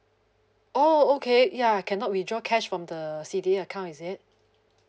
oh okay ya I cannot withdraw cash from the C_D_A account is it